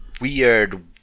weird